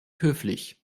höflich